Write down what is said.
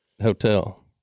Hotel